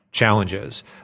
Challenges